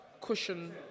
cushion